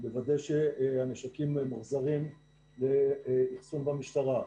לוודא שהנשקים מוחזרים לאחסון במשטרה.